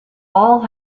all